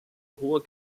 hohe